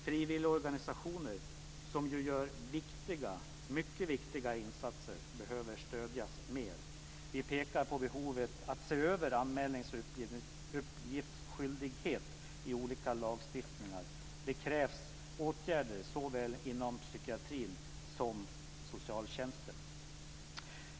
Frivilligorganisationer, som gör mycket viktiga insatser, behöver stödjas mer. Vi pekar på behovet att se över anmälnings och uppgiftsskyldighet i olika lagstiftningar. Det kärvs åtgärder såväl inom psykiatrin som inom socialtjänsten.